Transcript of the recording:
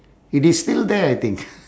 it is still there I think